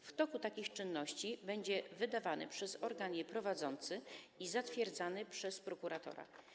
W toku takich czynności będzie wydawany przez organ je prowadzący i zatwierdzany przez prokuratora.